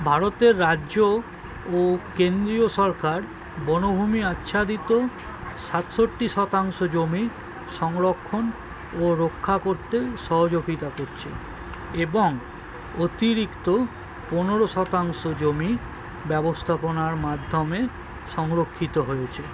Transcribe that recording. ভারতের রাজ্য ও কেন্দ্রীয় সরকার বনভূমি আচ্ছাদিত সাতষট্টি শতাংশ জমি সংরক্ষণ ও রক্ষা করতে সহযোগিতা করছে এবং অতিরিক্ত পনেরো শতাংশ জমি ব্যবস্থাপনার মাধ্যমে সংরক্ষিত হয়েছে